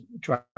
try